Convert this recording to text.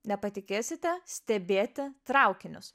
nepatikėsite stebėti traukinius